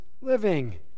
living